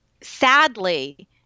sadly